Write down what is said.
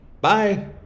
bye